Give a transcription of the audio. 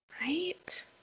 Right